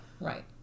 right